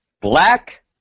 Black